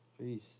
Peace